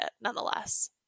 nonetheless